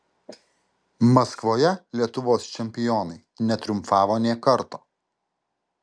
maskvoje lietuvos čempionai netriumfavo nė karto